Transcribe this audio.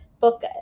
book